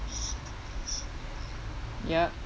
yup